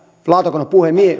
lautakunnan